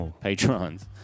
Patrons